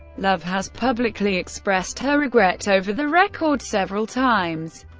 love has publicly expressed her regret over the record several times,